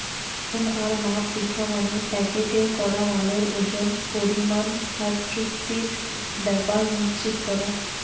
ওজন আর মাপ দিখা মানে প্যাকেট করা মালের ওজন, পরিমাণ আর চুক্তির ব্যাপার নিশ্চিত কোরা